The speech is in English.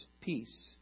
peace